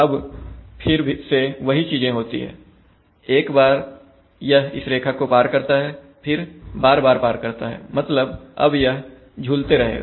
अब फिर से वही चीजें होती हैंएक बार यह इस रेखा को पार करता है फिर बार बार पार करता है मतलब अब यह झूलते रहेगा